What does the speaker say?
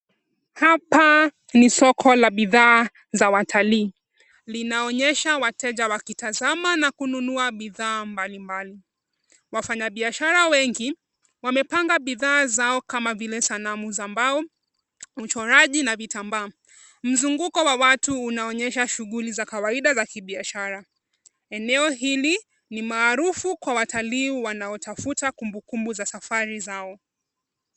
Hapa ni soko la bidhaa za watalii. Linaonyesha wateja wakitazama na kununua bidhaa mbali mbali. Wafanya biashara wengi wamepanga bidhaa zao kama vile: sanamu za mbao, uchoraji na vitambaa. Mzunguko wa watu unaonyesha shughuli za kawaida za kibiashara. Eneo hili ni maarufu kwa watalii wanaotafuta kumbukumbu za safari zao.